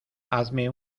hazme